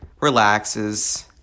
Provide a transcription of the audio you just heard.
relaxes